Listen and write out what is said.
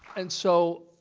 and so